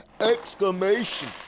exclamation